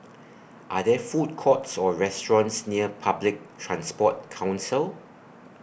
Are There Food Courts Or restaurants near Public Transport Council